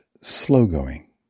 slow-going